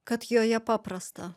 kad joje paprasta